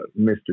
Mr